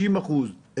50%?